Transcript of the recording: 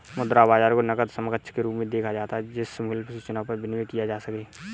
मुद्रा बाजार को नकद समकक्ष के रूप में देखा जाता है जिसे अल्प सूचना पर विनिमेय किया जा सके